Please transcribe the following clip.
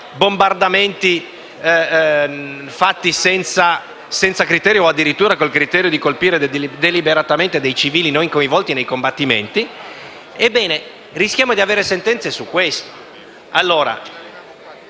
bombardamenti fatti senza criterio o addirittura con il criterio di colpire deliberatamente civili non coinvolti nei combattimenti, rischiamo di avere sentenze.